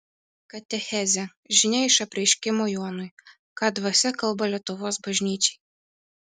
katechezė žinia iš apreiškimo jonui ką dvasia kalba lietuvos bažnyčiai